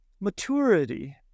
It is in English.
maturity